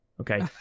Okay